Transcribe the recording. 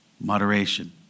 Moderation